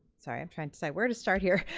sorry, i'm trying to decide where to start here.